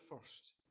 first